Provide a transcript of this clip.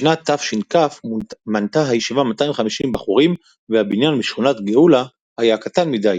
בשנת תש"כ מנתה הישיבה 250 בחורים והבניין בשכונת גאולה היה קטן מדי.